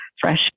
fresh